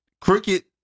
Cricket